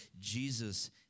Jesus